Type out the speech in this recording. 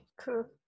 cool